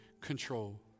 control